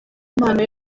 impano